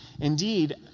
Indeed